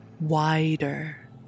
wider